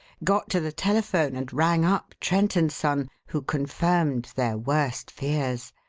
got to the telephone, and rang up trent and son, who confirmed their worst fears.